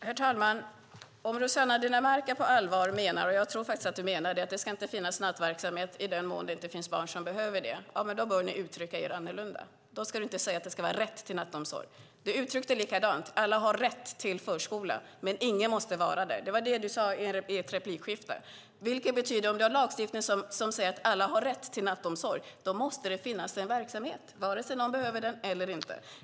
Herr talman! Om Rossana Dinamarca på allvar menar - och jag tror faktiskt att du menar det - att det inte ska finnas nattverksamhet i den mån det inte finns barn som behöver det bör ni uttrycka er annorlunda. Då ska du inte säga att det ska vara rätt till nattomsorg. Du uttryckte likadant att alla har rätt till förskola, men ingen måste vara där. Det är vad du sade i ett replikskifte. Om vi har lagstiftning som säger att alla har rätt till nattomsorg måste det finnas en verksamhet vare sig man behöver den eller inte.